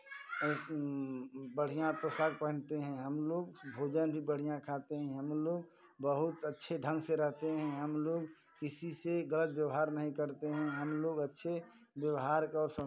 बढ़ियाँ पोशाक पहनते हैं हम लोग भोजन भी बढ़ियाँ खाते हैं हम लोग बहुत अच्छे ढंग से रहते हैं हम लोग किसी से गलत व्यवहार नहीं करते हैं हम लोग अच्छे व्यवहार और संस्कृति